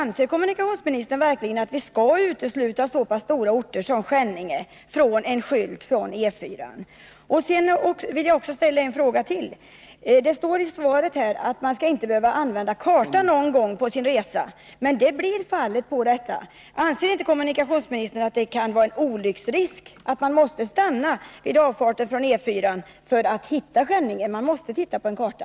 Anser kommunikationsministern verkligen att vi skall utesluta så pass stora orter som Skänninge från att finnas med på skyltarna vid avfarterna från E 4? Det står också i svaret att man inte skall behöva karta någon gång under sin resa. Men så blir fallet som det är nu. Anser inte kommunikationsministern att det kan innebära en olycksrisk att man måste stanna vid avfarten från E 4 för att hitta Skänninge? Man måste nämligen titta på en karta.